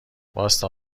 واستا